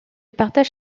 partage